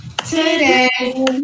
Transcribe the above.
Today